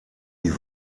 die